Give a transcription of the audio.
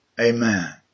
Amen